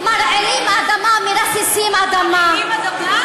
מרעילים אדמה, מרססים אדמה.